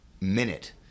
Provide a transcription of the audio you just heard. minute